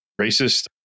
racist